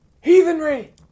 heathenry